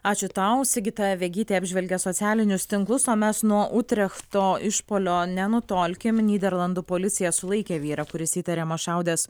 ačiū tau sigita vegytė apžvelgė socialinius tinklus o mes nuo utrechto išpuolio nenutolkim nyderlandų policija sulaikė vyrą kuris įtariamas šaudęs